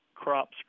crops